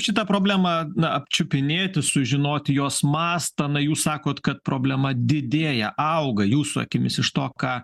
šitą problemą na apčiupinėti sužinoti jos mastą na jūs sakot kad problema didėja auga jūsų akimis iš to ką